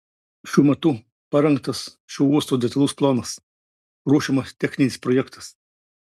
šiuo metu parengtas šio uosto detalus planas ruošiamas techninis projektas